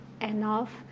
enough